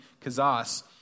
Kazas